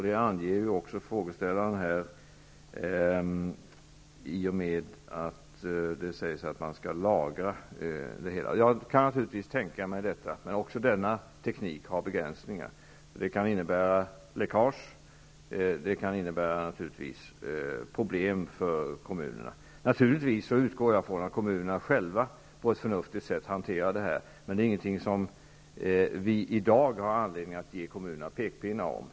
Det anger också frågeställaren i och med att det i frågan anges att man skall lagra det hela. Jag kan naturligtvis tänka mig detta, men också denna teknik har begränsningar. Det kan innebära läckage och problem för kommunerna. Jag utgår från att kommunerna själva på ett förnuftigt sätt hanterar detta. Men det är ingenting vi i dag har anledning att ge kommunerna pekpinnar om.